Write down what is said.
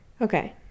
Okay